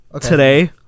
today